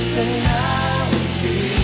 Personality